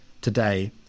today